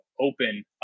open